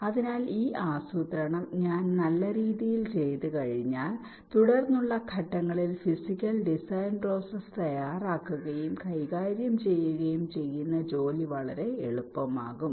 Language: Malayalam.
അതിനാൽ ഈ ആസൂത്രണം ഞാൻ ഒരു നല്ല രീതിയിൽ ചെയ്തുകഴിഞ്ഞാൽ തുടർന്നുള്ള ഘട്ടങ്ങളിൽ ഫിസിക്കൽ ഡിസൈൻ പ്രോസസ്സ് തയ്യാറാക്കുകയും കൈകാര്യം ചെയ്യുകയും ചെയ്യുന്ന ജോലി വളരെ എളുപ്പമാകും